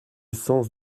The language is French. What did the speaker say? sens